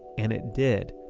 and it did.